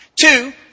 Two